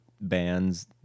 bands